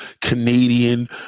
Canadian